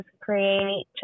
create